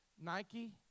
Nike